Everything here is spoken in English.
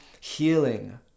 healing